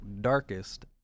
darkest